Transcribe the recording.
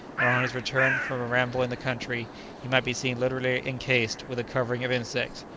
and on his return from a ramble in the country he might be seen literally encased with a covering of insects,